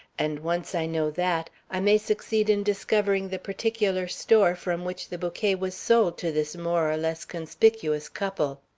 and once i know that, i may succeed in discovering the particular store from which the bouquet was sold to this more or less conspicuous couple.